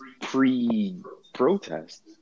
pre-protest